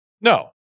No